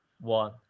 one